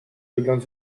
wygląd